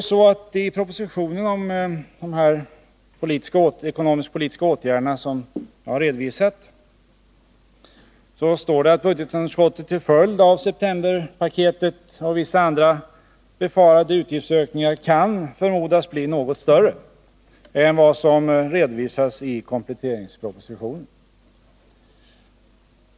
I propositionen om dessa ekonomisk-politiska åtgärder står det att budgetunderskottet till följd av septemberpaketet och vissa andra befarade utgiftsökningar kan förmodas bli något större än vad som redovisas i kompletteringspropositionen.